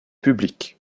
public